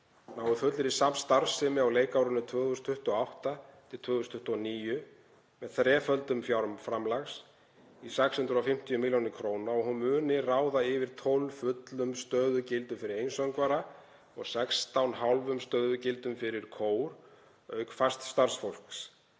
nái fullri starfsemi á leikárinu 2028/2029 með þreföldun fjárframlags í 650 millj. kr. og að hún muni ráða yfir 12 fullum stöðugildum fyrir einsöngvara og 16 hálfum stöðugildum fyrir kór, auk fasts starfsfólks,